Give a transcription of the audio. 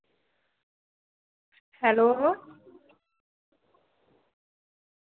hello